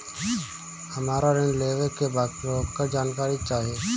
हमरा ऋण लेवे के बा वोकर जानकारी चाही